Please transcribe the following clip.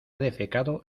defecado